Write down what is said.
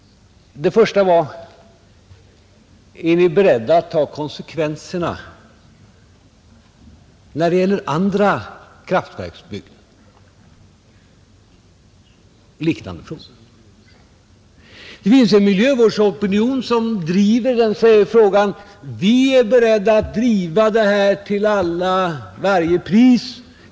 Den första var: Är ni beredda att ta konsekvenserna i liknande frågor när det gäller andra kraftverksbyggen? Det finns en miljövårdsopinion som driver den frågan. Man säger: Vi är beredda att driva det här till varje pris.